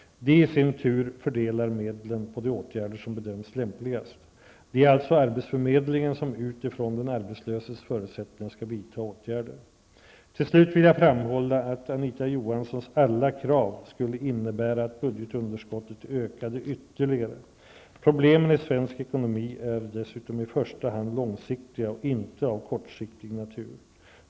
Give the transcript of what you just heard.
De i sin tur fördelar medlen på de åtgärder som bedöms lämpligast. Det är alltså arbetsförmedlingen, som utifrån den arbetslöses förutsättningar skall vidta åtgärder. Till slut vill jag framhålla att Anita Johanssons alla krav skulle innebära att budgetunderskottet ökade ytterligare. Problemen i svensk ekonomi är dessutom i första hand långsiktiga och inte av kortsiktig natur.